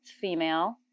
female